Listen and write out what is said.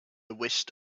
wished